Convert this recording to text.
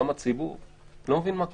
גם הציבור לא מבין מה קורה.